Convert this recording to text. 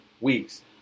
weeks